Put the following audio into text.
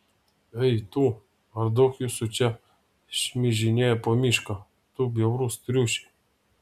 ei tu ar daug jūsų čia šmižinėja po mišką tu bjaurus triuši